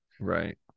Right